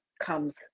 comes